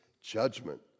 judgment